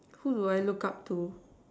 who do I look up to